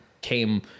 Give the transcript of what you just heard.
came